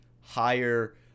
higher